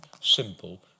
simple